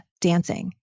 dancing